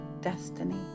destiny